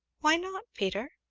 why not, peter?